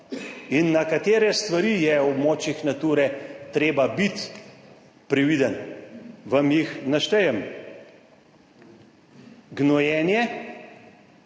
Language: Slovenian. In na katere stvari je v območjih Nature treba biti previden? Vam jih naštejem. Gnojenje,